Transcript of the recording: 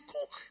cook